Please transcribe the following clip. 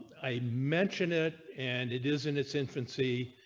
a mention it and it is in its infancy,